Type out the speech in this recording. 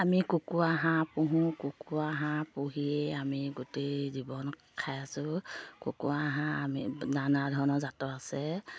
আমি কুকুৰা হাঁহ পুহোঁ কুকুৰা হাঁহ পুহিয়ে আমি গোটেই জীৱন খাই আছোঁ কুকুৰা হাঁহ আমি নানা ধৰণৰ জাতৰ আছে